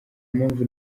mpamvu